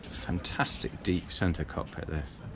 fantastic deep center cockpit, this